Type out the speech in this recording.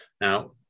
Now